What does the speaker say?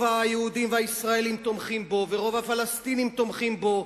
היהודים והישראלים תומכים בו ורוב הפלסטינים תומכים בו?